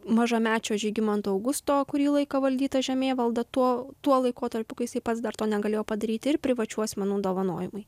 mažamečio žygimanto augusto kurį laiką valdyta žemėvalda tuo tuo laikotarpiu kai jisai pats dar to negalėjo padaryti ir privačių asmenų dovanojimai